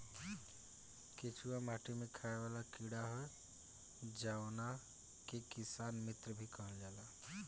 केचुआ माटी में खाएं वाला कीड़ा ह जावना के किसान मित्र भी कहल जाला